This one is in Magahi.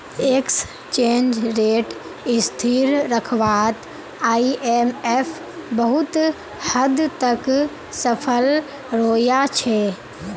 एक्सचेंज रेट स्थिर रखवात आईएमएफ बहुत हद तक सफल रोया छे